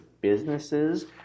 businesses